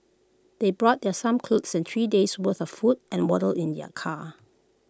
they brought their some clothes and three days' worth of food and water in their car